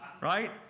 right